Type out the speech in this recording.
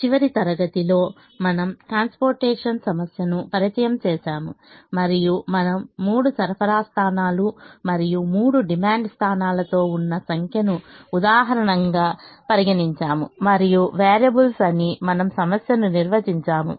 చివరి తరగతిలో మనము ట్రాన్స్పోర్టేషన్ సమస్యను పరిచయం చేసాము మరియు మనము మూడు సరఫరా స్థానాలు మరియు మూడు డిమాండ్ స్థానాలతో ఉన్న సంఖ్య ను ఉదాహరణగా పరిగణించాము మరియు వేరియబుల్స్ అని మనము సమస్యను నిర్వచించాము